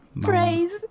Praise